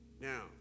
Now